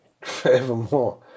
Forevermore